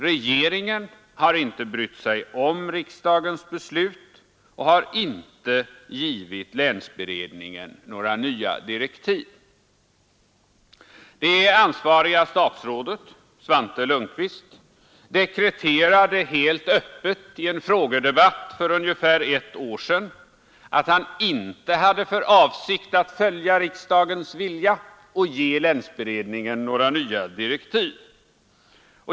Regeringen har inte brytt sig om riksdagens beslut och har inte givit länsberedningen några nya direktiv. Det ansvariga statsrådet, Svante Lundkvist, dekreterade helt öppet i en frågedebatt för ungefär ett år sedan att han inte hade för avsikt att följa riksdagens vilja och ge länsberedningen några nya direktiv.